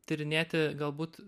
tyrinėti galbūt